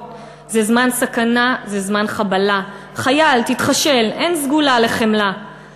// זה זמן סכנה / זה זמן חבלה / חייל תתחשל / אין סגולה לחמלה //